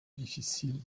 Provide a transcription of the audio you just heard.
difficiles